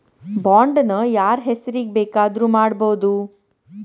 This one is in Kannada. ಬಾಂಡ್ ನ ಯಾರ್ಹೆಸ್ರಿಗ್ ಬೆಕಾದ್ರುಮಾಡ್ಬೊದು?